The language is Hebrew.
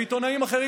ועיתונאים אחרים,